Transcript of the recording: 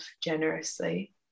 generously